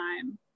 time